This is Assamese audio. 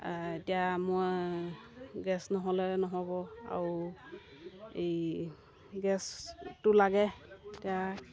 এতিয়া মই গেছ নহ'লে নহ'ব আৰু এই গেছটো লাগে এতিয়া